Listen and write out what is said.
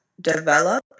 develop